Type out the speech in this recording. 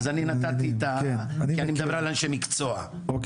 אני נתתי דוגמא לאנשי מקצוע,